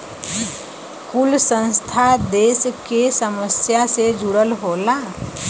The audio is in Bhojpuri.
कुल संस्था देस के समस्या से जुड़ल होला